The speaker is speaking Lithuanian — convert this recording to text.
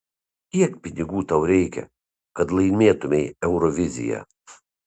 kiek pinigų tau reikia kad laimėtumei euroviziją